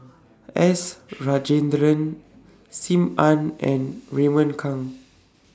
S Rajendran SIM Ann and Raymond Kang